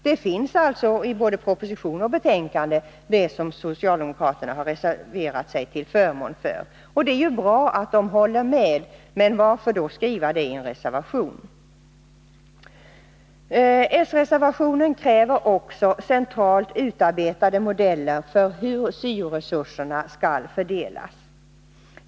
Det som socialdemokraterna har reserverat sig till förmån för finns alltså i både proposition och betänkande. Det är ju bra att socialdemokraterna håller med om saken — men varför då skriva detta i en reservation? I den socialdemokratiska reservationen på denna punkt krävs också centralt utarbetade modeller för hur syo-resurserna skall fördelas.